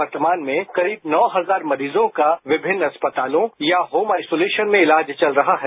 वर्तमान में करीब नौ हजार मरीजों का विभिन्न अस्पतालों या होम आइसोलेशन में इलाज चल रहा है